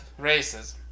racism